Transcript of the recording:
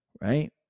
right